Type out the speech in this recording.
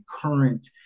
current